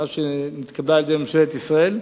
מאז שנתקבלה על-ידי ממשלת ישראל.